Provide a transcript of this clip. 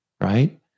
right